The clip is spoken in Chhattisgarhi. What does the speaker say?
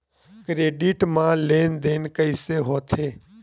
क्रेडिट मा लेन देन कइसे होथे?